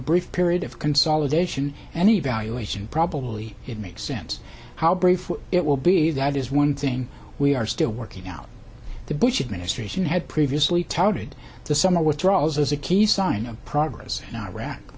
brief period of consolidation and evaluation probably it makes sense how brief it will be that is one thing we are still working out the bush administration had previously touted the summer withdrawals as a key sign of progress in iraq